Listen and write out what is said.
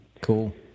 Cool